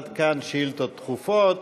עד כאן שאילתות דחופות.